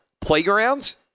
playgrounds